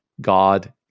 God